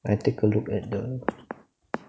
I take a look at the